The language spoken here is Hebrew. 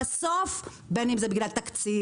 בסוף בין אם זה בגלל תקציב,